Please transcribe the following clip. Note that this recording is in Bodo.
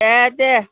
ए देह